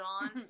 on